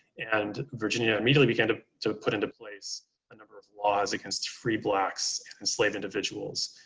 and virginia immediately began to to put into place a number of laws against free blacks, enslaved individuals,